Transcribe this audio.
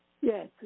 Yes